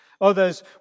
Others